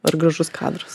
ar gražus kadras